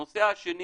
הנושא השני